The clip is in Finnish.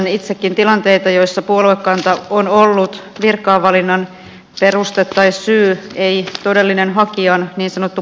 tiedän itsekin tilanteita joissa puoluekanta on ollut virkaan valinnan peruste tai syy ei todellinen hakijan niin sanottu pätevyys